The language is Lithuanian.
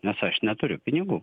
nes aš neturiu pinigų